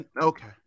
Okay